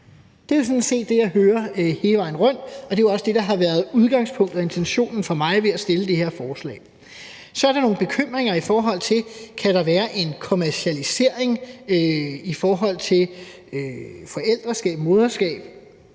Det er jo sådan set det, jeg hører hele vejen rundt, og det er jo også det, der har været udgangspunktet og intentionen for mig med at fremsætte det her forslag. Så er der nogle bekymringer i forhold til, om der kan være en kommercialisering i forhold til forældreskab og moderskab,